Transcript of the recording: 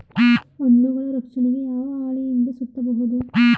ಹಣ್ಣುಗಳ ರಕ್ಷಣೆಗೆ ಯಾವ ಹಾಳೆಯಿಂದ ಸುತ್ತಬಹುದು?